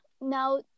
now